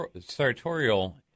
sartorial